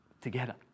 together